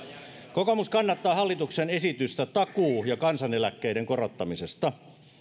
kokoomus kannattaa hallituksen esitystä takuu ja kansaneläkkeiden korottamisesta